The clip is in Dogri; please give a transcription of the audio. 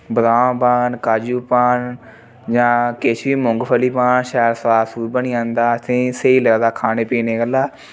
बदाम पान काजू पान जां किश बी मूंगफली पान शैल स्वाद सवूद बनी जंदा असेंगी स्हेई लगदा खाने पीने गल्ला